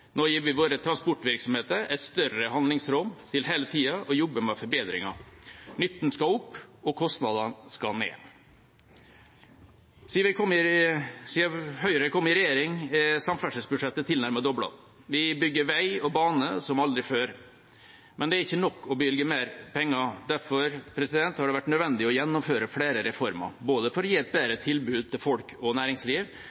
Nå gir vi våre transportvirksomheter et større handlingsrom til hele tida å jobbe med forbedringer. Nytten skal opp, og kostnadene skal ned. Siden Høyre kom i regjering, er samferdselsbudsjettet tilnærmet doblet. Vi bygger vei og bane som aldri før. Men det er ikke nok å bevilge mer penger. Det har også vært nødvendig å gjennomføre flere reformer, både for å gi et